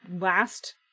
last